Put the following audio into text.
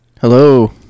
Hello